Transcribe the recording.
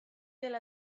dela